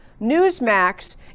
Newsmax